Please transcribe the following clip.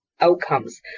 outcomes